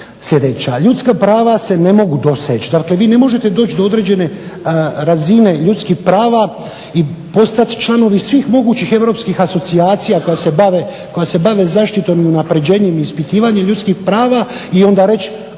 sljedeća: ljudska prava se ne mogu doseći. Dakle, vi ne možete doći do određene razine ljudskih prava i postati članovi svih mogućih europskih asocijacija koje se bave zaštitom, unapređenjem i ispitivanjem ljudskih prava i onda reći